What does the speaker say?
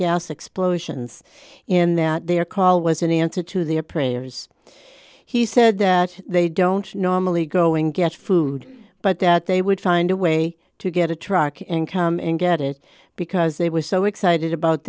gas explosions and that their call was an answer to the a prayers he said that they don't normally go and get food but that they would find a way to get a truck and come and get it because they were so excited about